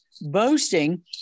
boasting